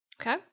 Okay